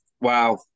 wow